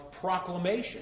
proclamation